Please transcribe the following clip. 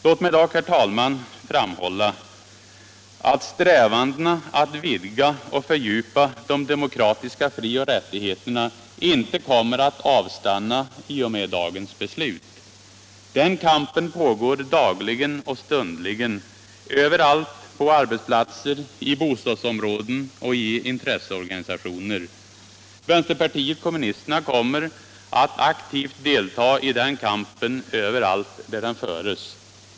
Låt mig dock, herr talman, framhålla att strävandena att vidga och fördjupa de demokratiska frioch rättigheterna inte kommer att avstanna i och med dagens beslut. Den kampen pågår dagligen och stundligen överallt på arbetsplatser, i bostadsområden och i intresseorganisationer. Vänsterpartiet kommunisterna kommer att aktivt delta i den kampen överallt där den förs.